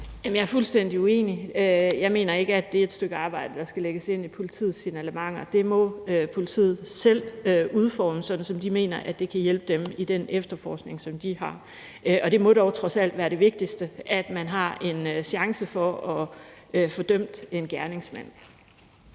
Jeg er fuldstændig uenig. Jeg mener ikke, at det er et stykke arbejde, der skal lægges ind i politiets arbejde med signalementer. Dem må politiet selv udforme på den måde, som de mener kan hjælpe dem i den efterforskning, som de foretager. Det må trods alt være det vigtigste, at man har en chance for at få dømt en gerningsmand.